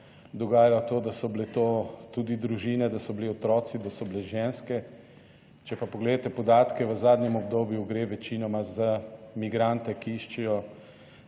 dogajalo to, da so bile to tudi družine, da so bili otroci, da so bile ženske. Če pa pogledate podatke v zadnjem obdobju, gre večinoma za migrante, ki iščejo